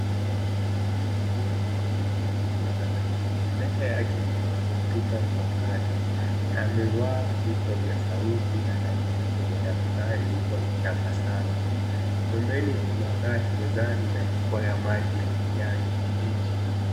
Mtu huyu ameketi mezani, mbele yake kuna kompyuta mpakato na amevaa vichwa vya sauti na anaandika kwenye daftari huku akitabasamu. Pembeni kuna taa ya mezani na chupa ya maji ya kijani kibichi.